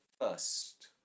first